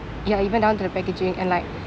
ya even down to the packaging and like